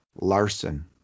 Larson